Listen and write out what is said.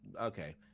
okay